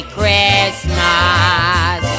Christmas